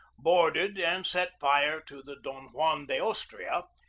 boarded and set fire to the don juan de aus tria,